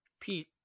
Pete